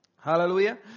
Hallelujah